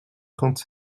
trente